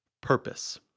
purpose